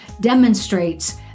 demonstrates